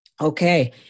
okay